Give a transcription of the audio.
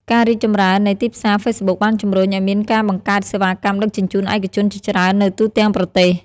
ការរីកចម្រើននៃទីផ្សារហ្វេសប៊ុកបានជំរុញឱ្យមានការបង្កើតសេវាកម្មដឹកជញ្ជូនឯកជនជាច្រើននៅទូទាំងប្រទេស។